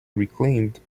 reclaimed